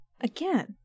Again